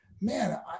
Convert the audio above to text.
man